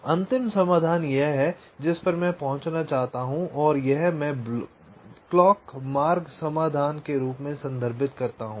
तो यह अंतिम समाधान है जिस पर मैं पहुंचना चाहता हूं और यह मैं क्लॉक मार्ग समाधान के रूप में संदर्भित करता हूं